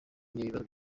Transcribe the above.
n’ibisubizo